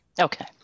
Okay